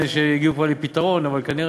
קצת צניעות.